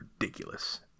Ridiculous